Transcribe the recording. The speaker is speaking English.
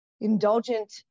indulgent